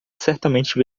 certamente